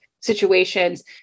situations